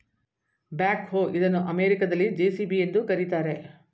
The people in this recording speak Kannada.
ಬ್ಯಾಕ್ ಹೋ ಇದನ್ನು ಅಮೆರಿಕದಲ್ಲಿ ಜೆ.ಸಿ.ಬಿ ಎಂದು ಕರಿತಾರೆ